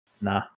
nah